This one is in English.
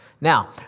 Now